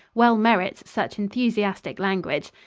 well merits such enthusiastic language.